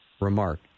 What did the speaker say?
remark